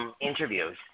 interviews